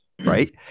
right